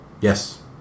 yes